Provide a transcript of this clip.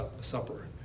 Supper